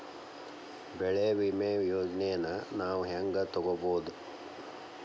ಬೆಳಿ ವಿಮೆ ಯೋಜನೆನ ನಾವ್ ಹೆಂಗ್ ತೊಗೊಬೋದ್?